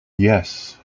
yes